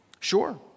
Sure